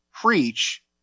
preach